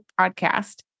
Podcast